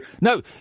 No